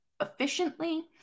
efficiently